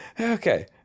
okay